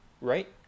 right